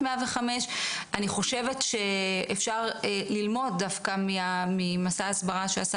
אני חושבת שאפשר ללמוד דווקא ממסע ההסברה שעשה